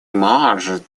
может